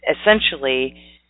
essentially